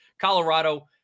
Colorado